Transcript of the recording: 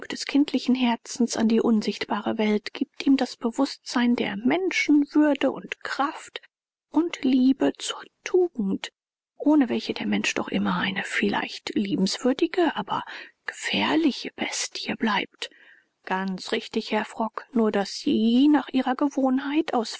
des kindlichen herzens an die unsichtbare welt gibt ihm das bewußtsein der menschenwürde und kraft und liebe zur tugend ohne welche der mensch doch immer eine vielleicht liebenswürdige aber gefährliche bestie bleibt ganz richtig herr frock nur daß sie nach ihrer gewohnheit aus